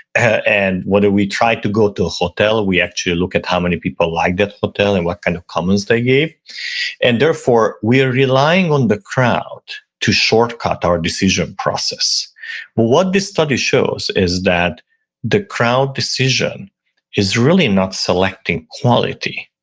ah and whether we try to go to a hotel, we actually look at how many people like that hotel and what kind of comments they gave and therefore, we're relying on the crowd to shortcut our decision process. well what this study shows is that the crowd decision is really not selecting quality,